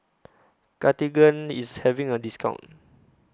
Cartigain IS having A discount